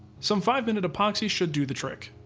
some five-minute epoxy should do the trick.